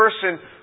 person